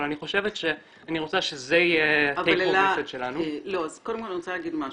אבל אני חושבת שאני רוצה שזה יהיה --- קודם כול אני רוצה להגיד משהו.